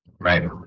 right